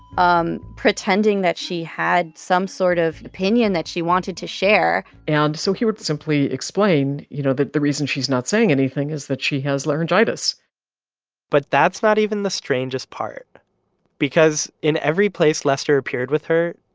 um pretending that she had some sort of opinion that she wanted to share and so he would simply explain, you know that the reason she's not saying anything is that she has laryngitis but that's not even the strangest part because in every place lester appeared with her,